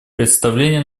представление